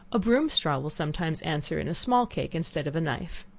a broom straw will sometimes answer in a small cake instead of a knife.